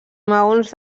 maons